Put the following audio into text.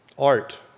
art